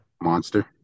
monster